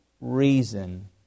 Reason